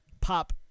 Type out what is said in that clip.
pop